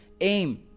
aim